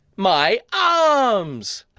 my arms!